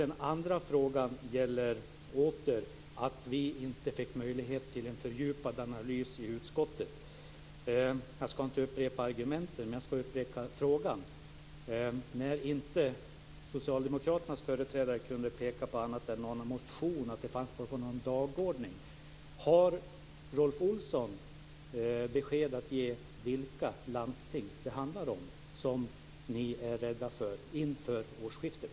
Den andra frågan gäller återigen att vi inte fick möjlighet till en fördjupad analys i utskottet. Jag ska inte upprepa argumenten, men jag ska upprepa frågan. Socialdemokraternas företrädare kunde ju här inte peka på annat än någon motion eller någon dagordning. Har Rolf Olsson besked att ge i fråga om vilka landsting det är som ni är rädda för inför årsskiftet?